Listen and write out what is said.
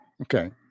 okay